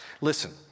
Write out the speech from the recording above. Listen